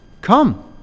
Come